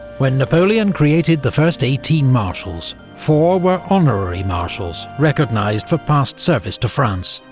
when napoleon created the first eighteen marshals, four were honorary marshals, recognised for past service to france.